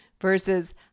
versus